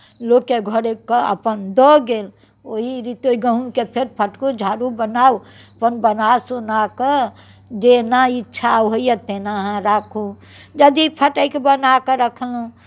लोककेँ घरेके अपन दऽ गेल ओही रीते गहूँमके फेर फटकू झाड़ू बनाउ अपन बना सुना कऽ जेना इच्छा होइए तेना अहाँ राखू यदि फटकि बना कऽ रखलहुँ